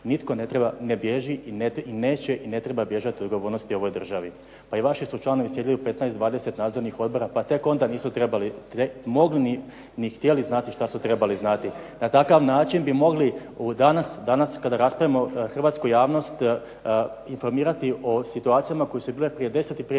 Nitko ne bježi i neće i ne treba bježati od odgovornosti u ovoj državi. Pa i vaši su članovi sjedili u 15, 20 nadzornih odbora pa tek onda nisu trebali, mogli ni htjeli znati šta su trebali znati. Na takav način bi mogli danas kada raspravljamo, hrvatsku javnost informirati o situacijama koje su bile prije 10 i prije